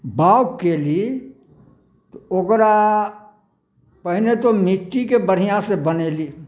बाउग केली तऽ ओकरा पहिने तऽ मिट्टीके बढ़िऑं से बनयली